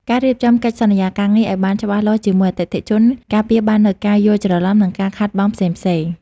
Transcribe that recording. ការរៀបចំកិច្ចសន្យាការងារឱ្យបានច្បាស់លាស់ជាមួយអតិថិជន ការពារបាននូវការយល់ច្រឡំ និងការខាតបង់ផ្សេងៗ។